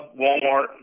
Walmart